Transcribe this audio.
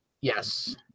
Yes